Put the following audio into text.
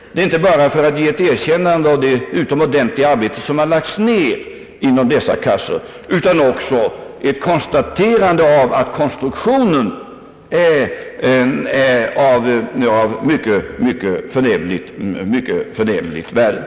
Jag säger inte detta bara för att ge ett erkännande för det utomordentliga arbete, som lagts ned inom dessa kassor, utan jag vill också konstatera att konstruktionen är av ett mycket förnämligt värde.